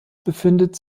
befindet